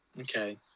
okay